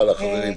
הלאה, חברים.